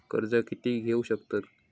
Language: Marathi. कर्ज कीती घेऊ शकतत?